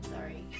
Sorry